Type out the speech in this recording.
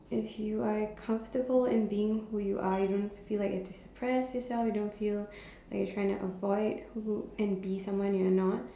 if you are comfortable in being who you are you don't feel like you have to suppress yourself you don't feel like you're trying to avoid who and be someone you are not